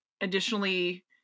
Additionally